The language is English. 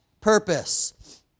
purpose